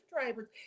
drivers